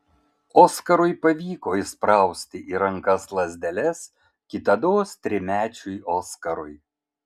oskarui pavyko įsprausti į rankas lazdeles kitados trimečiui oskarui